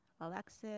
Alexis